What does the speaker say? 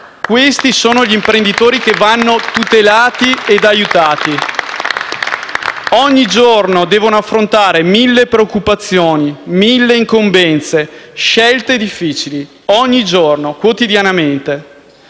Questi sono gli imprenditori che vanno tutelati ed aiutati: ogni giorno devono affrontare mille preoccupazioni, mille incombenze, scelte difficili; ogni giorno, quotidianamente.